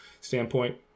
standpoint